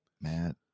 Matt